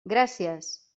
gràcies